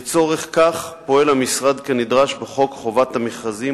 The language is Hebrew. לצורך כך פועל המשרד כנדרש בחוק חובת המכרזים,